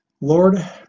Lord